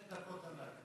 שתי דקות עליי.